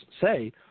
say